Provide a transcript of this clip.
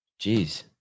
Jeez